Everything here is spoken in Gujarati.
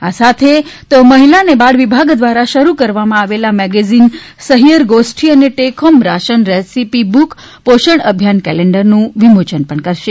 આ સાથે તેઓ મહિલા અને બાળ વિભાગ દ્વારા શરૂ કરવામાં આવેલા મેગેઝિન સહિયર ગોષ્ઠિ અને take home ration recipe book Poshan Abhiyan કેલેન્ડરનું વિમોચન કરશે